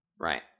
Right